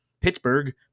Pittsburgh